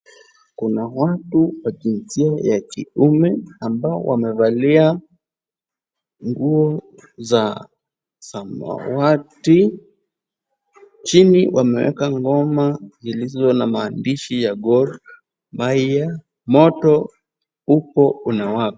Kuna watu wa jinsia ya kiume ambao wamevalia nguo za samawati, chini wameweka ngoma zilizo na maandishi ya Gor Mahia, moto upo unawaka.